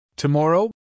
Tomorrow